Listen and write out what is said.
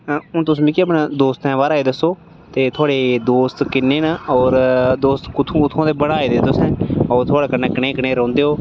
हून तुस मिगी अपने दोस्तें बारे ई दस्सो ते थुआढ़े दोस्त कि'न्ने न होर दोस्त कु'त्थुआं कु'त्थुआं बनाये दे होर थुआढ़े कन्नै कनेह् कनेह् रौह्ंदे ओह्